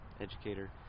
educator